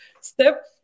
step